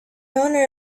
owner